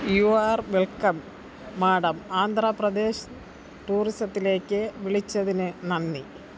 U are welcome madam Andhra Pradesh ടൂറിസത്തിലേക്ക് വിളിച്ചതിന് നന്ദി